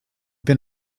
been